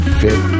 fit